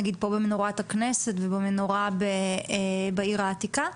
כמו במנורת הכנסת ובמנורה בעיר העתיקה?